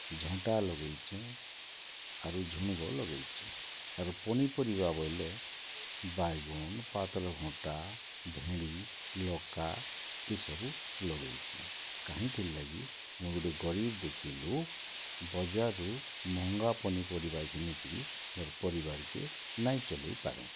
ଛଂଟା ଲଗେଇଛେଁ ଆରୁ ଝୁଡ଼ୁଙ୍ଗ ଲଗେଇଛେଁ ଆରୁ ପନିପରିବା ବଏଲେ ବାଇଗଣ୍ ପାତାଲ୍ଘଣ୍ଟା ଭେଣି ଲଙ୍କା ଇସବୁ ଲଗେଇଛେଁ କାହିଁଥିର୍ ଲାଗି ମୁଁ ଗୁଟେ ଗରିବ୍ ଦୁଃଖୀ ଲୋକ୍ ବଜାର୍ରୁ ମହଙ୍ଗା ପନିପରିବା ଘିନିକିରି ମୋର୍ ପରିବାର୍କେ ନାଇଁ ଚଳେଇପାରେ